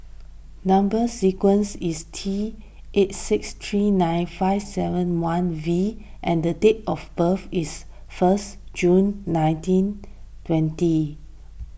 Number Sequence is T eight six three nine five seven one V and the date of birth is first June nineteen twenty